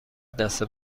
دست